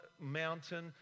mountain